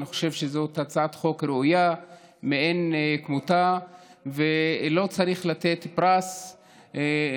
אני חושב שזאת הצעת חוק ראויה מאין כמותה ולא צריך לתת פרס לפושע,